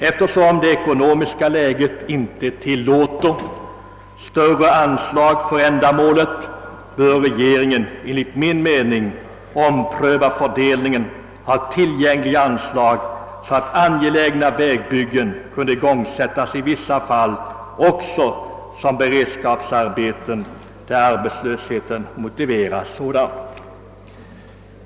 Eftersom det ekonomiska läget inte tillåter större anslag för ändamålet, bör regeringen enligt min mening ompröva fördelningen av tillgängliga anslag, så att angelägna vägbyggen kunde igångsättas i vissa fall också som beredskapsarbeten där arbetslösheten motiverar sådana.